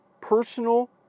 personal